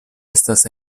estas